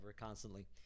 constantly